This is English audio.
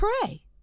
pray